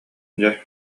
дьэ